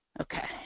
Okay